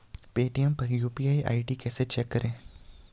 Paytm पर UPI ID कैसे check करें?